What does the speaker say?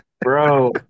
bro